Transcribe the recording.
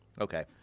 Okay